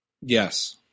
Yes